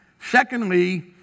Secondly